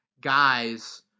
guys